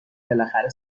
بالاخره